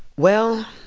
well,